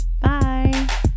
bye